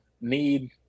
need